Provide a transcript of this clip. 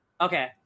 Okay